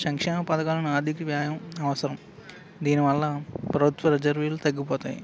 సంక్షేణ పథకాలను ఆర్ధిక వ్యయం అవసరం దీనివల్ల ప్రభుత్వ రిజర్వీలు తగ్గిపోతాయి